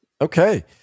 okay